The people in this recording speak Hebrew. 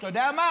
אתה יודע מה,